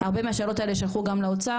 הרבה מן השאלות האלה יישלחו גם לאוצר,